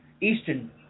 Eastern